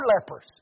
lepers